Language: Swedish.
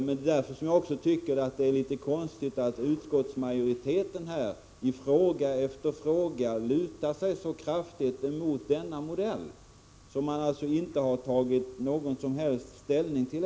Men det är också därför jag tycker att det är konstigt att utskottsmajoriteten i fråga efter fråga lutar sig så kraftigt mot denna modell, som man alltså inte ännu tagit någon som helst ställning till.